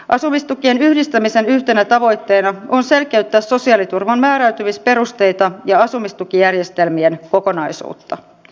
asumistukien yhdistämisen yhtenä tavoitteena on selkeyttää sosiaaliturvan määräytymisperusteita ja asumistukijärjestelmien kokonaisuutta